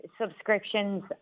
subscriptions